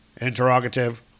Interrogative